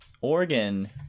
Oregon